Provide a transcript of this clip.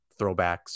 throwbacks